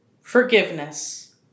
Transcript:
forgiveness